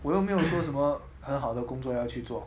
我又没有说什么很好的工作要去做